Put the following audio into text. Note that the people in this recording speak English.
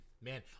Man